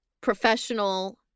professional